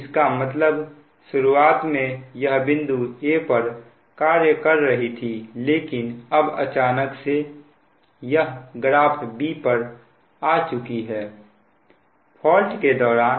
इसका मतलब शुरुआत में यह बिंदु a पर कार्य कर रही थी लेकिन अब अचानक से यह ग्राफ B पर आ चुकी है फॉल्ट के दौरान